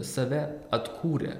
save atkūrė